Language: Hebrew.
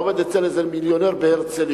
עובד אצל איזה מיליונר בהרצלייה,